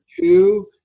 Two